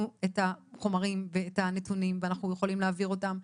את החומרים ואת הנתונים ואנחנו יכולים להעביר אותם.